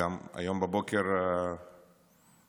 היום בבוקר בעיתון